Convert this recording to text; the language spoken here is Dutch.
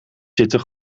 zitten